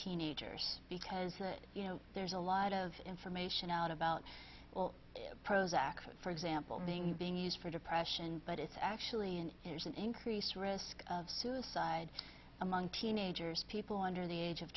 teenagers because you know there's a lot of information out about well prozac for example being being used for depression but it's actually an increased risk of suicide among teenagers people under the age of